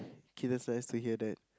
K that's nice to hear that